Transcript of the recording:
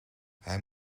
hij